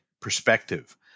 perspective